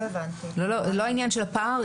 לא העניין של הפער,